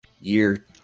year